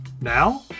Now